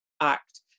Act